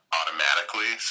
automatically